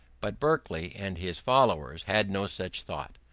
but berkeley and his followers had no such thought.